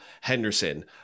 Henderson